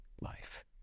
life